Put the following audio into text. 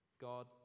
God